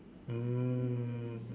mm